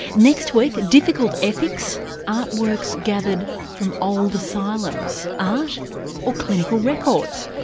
next week difficult ethics, artworks gathered from old asylums. art or clinical records?